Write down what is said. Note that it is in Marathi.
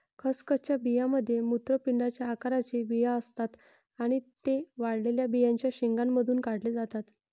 खसखसच्या बियांमध्ये मूत्रपिंडाच्या आकाराचे बिया असतात आणि ते वाळलेल्या बियांच्या शेंगांमधून काढले जातात